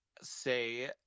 say